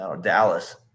Dallas